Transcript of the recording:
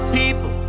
people